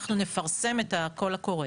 אנחנו נפרסם את הקול הקורא.